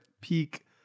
peak